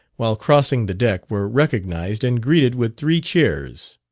while crossing the deck were recognised and greeted with three cheers